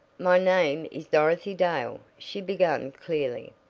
my name is dorothy dale, she began clearly,